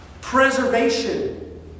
Preservation